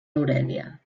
aurèlia